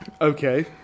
Okay